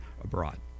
abroad